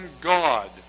God